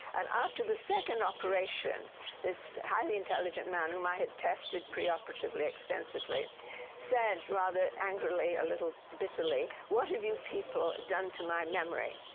and after the second operation this highly intelligent man whom i had tested pre-operatively extensively said rather angrily, a little bitterly, what have you people done to my memory?